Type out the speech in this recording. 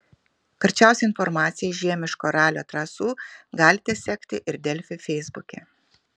karčiausią informaciją iš žiemiško ralio trasų galite sekti ir delfi feisbuke